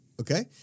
Okay